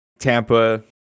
Tampa